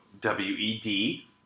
W-E-D